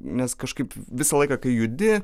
nes kažkaip visą laiką kai judi